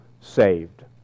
saved